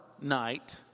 night